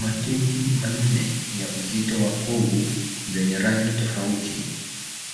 Maketi manne ya uzito wa kovu zenye rangi tofauti.